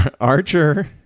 Archer